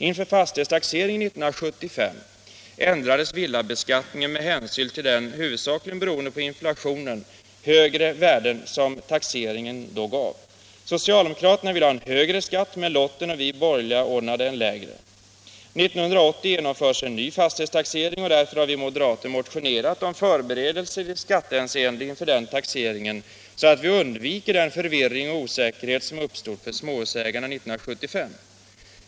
Inför fastighetstaxeringen 1975 ändrades villabeskattningen med hänsyn till de — huvudsakligen beroende på inflationen — högre värden som taxeringen då gav. Socialdemokraterna ville ha en högre skatt, men lotten och de borgerliga ordnade en lägre. År 1980 genomförs en ny fastighetstaxering, och därför har vi moderater motionerat om förberedelser i skattehänseende inför den taxeringen, så att vi undviker den förvirring och osäkerhet som år 1975 uppstod bland småhusägarna.